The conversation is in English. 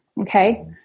Okay